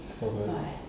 okay